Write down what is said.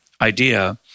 idea